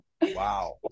Wow